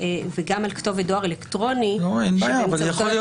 וגם על כתובת דואר אלקטרונית שבאמצעותן